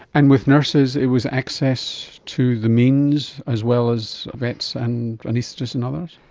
and with nurses it was access to the means as well as vets and anaesthetists and others?